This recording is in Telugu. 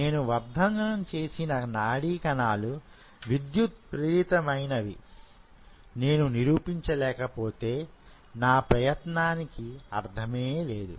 నేను వర్ధనం చేసిన నాడీ కణాలు విద్యుత్ ప్రేరితమయినవి నేను నిరూపించ లేకుంటే నా ప్రయత్నానికి అర్థమే లేదు